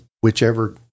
whichever